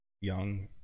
young